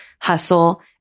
hustle